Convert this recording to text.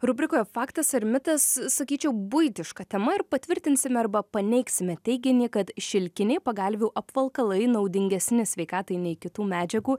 rubrikoj faktas ar mitas sakyčiau buitiška tema ir patvirtinsime arba paneigsime teiginį kad šilkiniai pagalvių apvalkalai naudingesni sveikatai nei kitų medžiagų